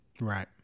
Right